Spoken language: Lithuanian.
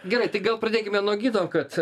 gerai tai gal pradėkime nuo gino kad